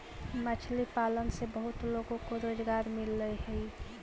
मछली पालन से बहुत लोगों को रोजगार मिलअ हई